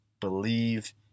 believe